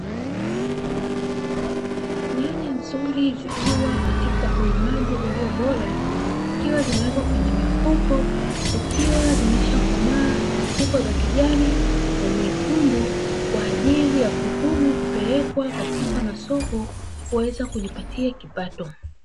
Nyanya nzuri zikiwa katika ulimaji ulio bora zikiwa zimewekwa kwenye mifuko zikiwa zimesha komaa. Zipo za kijani na nyekundu kwa ajili ya kuvunwa kupelekwa katika masoko kuweza kujipatia kipato.